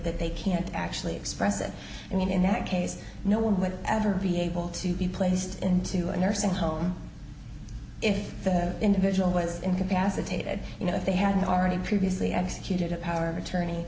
that they can't actually express it in that case no one would ever be able to be placed into a nursing home if that individual was incapacitated you know if they had already previously executed a power of attorney